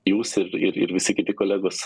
jūs ir ir ir visi kiti kolegos